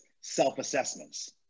self-assessments